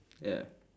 ya